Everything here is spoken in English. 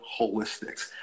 holistics